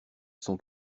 son